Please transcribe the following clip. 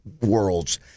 worlds